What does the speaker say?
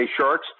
sharks